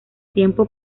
tiempo